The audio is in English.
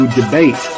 debate